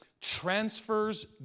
transfers